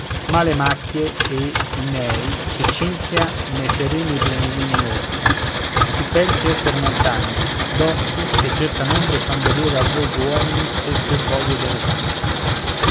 assurda male macchie e i nèi che cinzia ne sereni pleniluni mostra tu pensi esser montagne dossi che gettan ombre e fan vedere al volgo uomini spesso e bovi ed elefanti